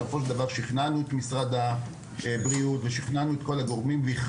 בסופו של דבר שכנענו את משרד הבריאות ושכנענו את כל הגורמים הנוגעים